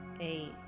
Eight